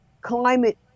climate